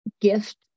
Gift